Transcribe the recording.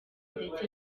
ndetse